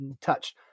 touch